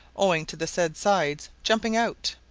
owing to the said sides jumping out.